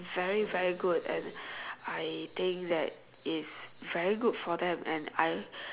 very very good and I think that is very good for them and I